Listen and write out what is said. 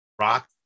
Rock